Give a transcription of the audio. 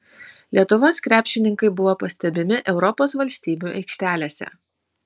lietuvos krepšininkai buvo pastebimi europos valstybių aikštelėse